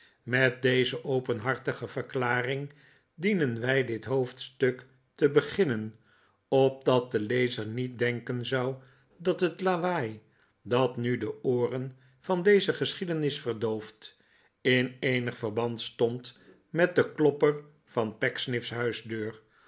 met deze openhartige verklaring dienen wij dit hoofdstuk te beginnen opdat de lezer niet denken zou dat het lawaai dat nu de ooren van deze geschiedenis verdooft in eenig verband stond met den klopper van